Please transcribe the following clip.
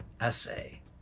essay